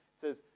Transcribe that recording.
says